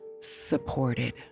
supported